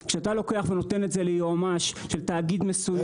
כשאתה לוקח ונותן את זה ליועמ"ש בתאגיד מסוים.